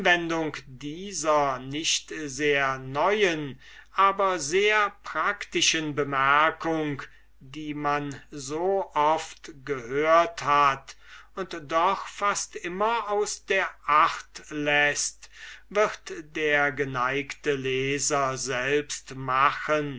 dieser nicht sehr neuen aber sehr praktischen bemerkung die man so oft gehört hat und doch fast immer aus der acht läßt wird der geneigte leser selbst machen